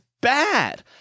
bad